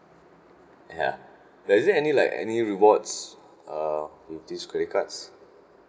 ya but is there any like any rewards uh with this credit cards